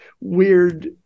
weird